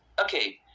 okay